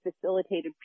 facilitated